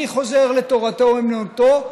אני חוזר לתורתו אומנותו,